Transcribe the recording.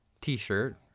T-shirt